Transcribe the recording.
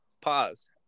Pause